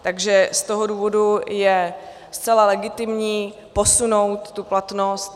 Takže z toho důvodu je zcela legitimní posunout tu platnost.